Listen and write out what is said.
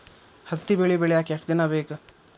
ಹತ್ತಿ ಬೆಳಿ ಬೆಳಿಯಾಕ್ ಎಷ್ಟ ದಿನ ಬೇಕ್?